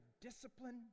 discipline